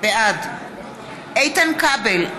בעד איתן כבל,